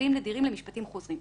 במצבים נדירים למשפטים חוזרים.